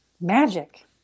Magic